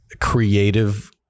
creative